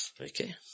Okay